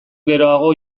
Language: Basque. geroago